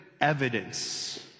evidence